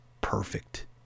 perfect